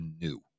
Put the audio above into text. new